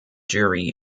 jury